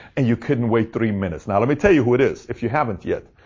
and you couldn't wait three minutes. now let me tell you who it is, if you haven't yet.